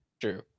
true